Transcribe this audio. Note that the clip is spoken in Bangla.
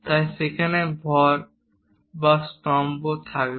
তাই সেখানে ভর বা স্তম্ভ থাকবে